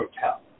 Hotel